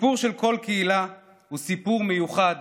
הסיפור של כל קהילה הוא סיפור מיוחד